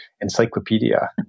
encyclopedia